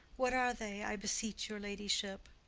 what are they, i beseech your ladyship?